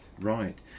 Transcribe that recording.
right